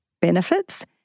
benefits